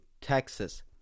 Texas